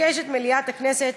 מתבקשת מליאת הכנסת